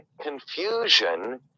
confusion